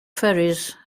ferries